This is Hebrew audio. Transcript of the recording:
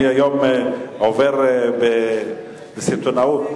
אני היום עובר בסיטונות,